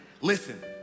listen